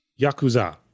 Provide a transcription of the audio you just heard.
Yakuza